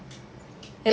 very little